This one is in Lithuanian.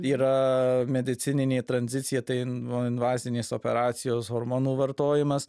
yra medicininė tranzicija tai nuo invazinės operacijos hormonų vartojimas